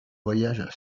voyage